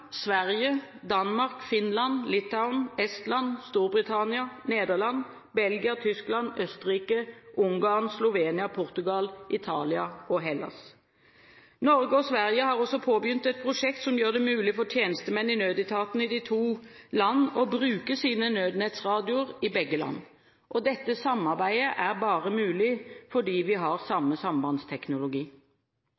Sverige, Danmark, Finland, Litauen, Estland, Storbritannia, Nederland, Belgia, Tyskland, Østerrike, Ungarn, Slovenia, Portugal, Italia og Hellas. Norge og Sverige har også påbegynt et prosjekt som gjør det mulig for tjenestemenn i nødetatene i de to landene å bruke sine Nødnett-radioer i begge landene. Dette samarbeidet er bare mulig fordi vi har